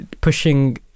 pushing